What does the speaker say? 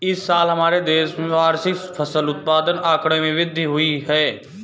इस साल हमारे देश में वार्षिक फसल उत्पादन आंकड़े में वृद्धि हुई है